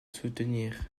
soutenir